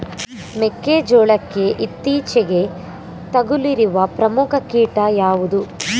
ಮೆಕ್ಕೆ ಜೋಳಕ್ಕೆ ಇತ್ತೀಚೆಗೆ ತಗುಲಿರುವ ಪ್ರಮುಖ ಕೀಟ ಯಾವುದು?